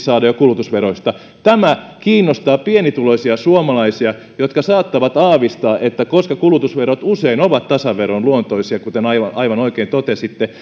saada kulutusveroista tämä kiinnostaa pienituloisia suomalaisia jotka saattavat aavistaa että koska kulutusverot usein ovat tasaveron luontoisia kuten aivan aivan oikein totesitte